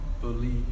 believe